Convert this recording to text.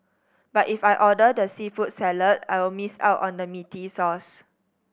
but if I order the seafood salad I'll miss out on the meaty sauce